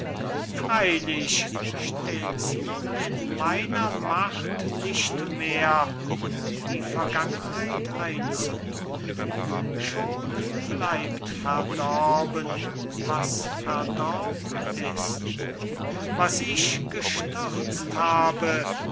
freylich stehts nun in meiner macht nicht mehr die vergangenheit einzuholen schon bleibt verdorben was verdorben ist was ich gestürtzt habe